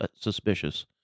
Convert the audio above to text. suspicious